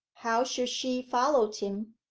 how should she follow him?